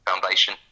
Foundation